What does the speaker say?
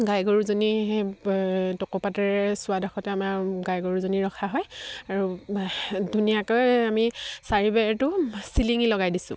গাই গৰুজনী সেই টকৌপাতেৰে চোৱাডোখৰতে আমাৰ গাই গৰুজনী ৰখা হয় আৰু ধুনীয়াকৈ আমি চাৰি বেৰটো চিলিঙি লগাই দিছোঁ